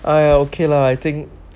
I okay lah I think